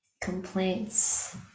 complaints